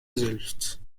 selbst